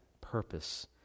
purpose